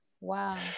Wow